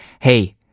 Hey